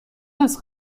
است